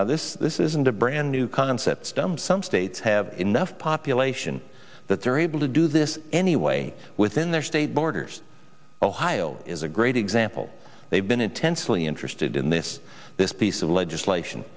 this this isn't a brand new concept stem some states have enough population that they're able to do this anyway within their state borders ohio is a great example they've been intensely interested in this this piece of legislation